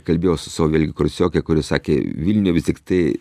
kalbėjau su savo vėlgi kursioke kuri sakė vilniuj vis tiktai